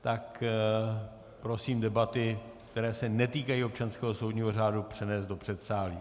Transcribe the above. Tak prosím debaty, které se netýkají občanského soudního řádu, přenést do předsálí.